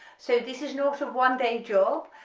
so this is not a one day job,